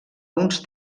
uns